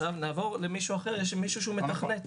נעבור למישהו אחר, יש מתכנת,